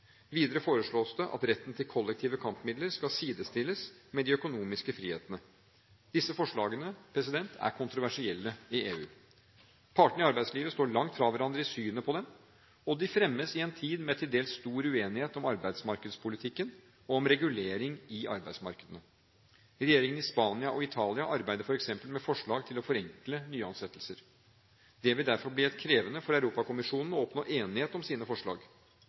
Videre foreslås det at retten til kollektive kampmidler skal sidestilles med de økonomiske frihetene. Disse forslagene er kontroversielle i EU. Partene i arbeidslivet står langt fra hverandre i synet på dem, og de fremmes i en tid med til dels stor uenighet om arbeidsmarkedspolitikken og om regulering i arbeidsmarkedene. Regjeringene i Spania og Italia arbeider f.eks. med forslag til å forenkle nyansettelser. Det vil derfor bli krevende for Europakommisjonen å oppnå enighet om sine forslag.